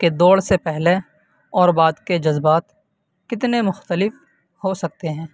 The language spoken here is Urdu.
کہ دوڑ سے پہلے اور بعد کے جذبات کتنے مختلف ہو سکتے ہیں